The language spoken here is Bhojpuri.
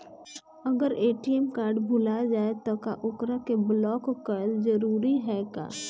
अगर ए.टी.एम कार्ड भूला जाए त का ओकरा के बलौक कैल जरूरी है का?